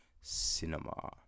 cinema